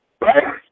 right